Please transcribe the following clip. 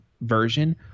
version